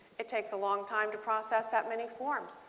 it takes a long time to process that many forms.